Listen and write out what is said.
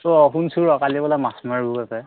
শুনিছোঁ ৰহ কালি বোলে মাছ মাৰিব এতে